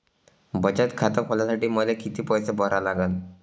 बचत खात खोलासाठी मले किती पैसे भरा लागन?